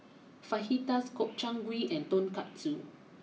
Fajitas Gobchang Gui and Tonkatsu